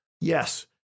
Yes